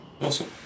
Awesome